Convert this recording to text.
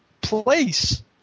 place